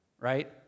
right